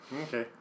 Okay